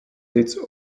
its